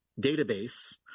database